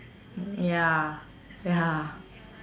ya ya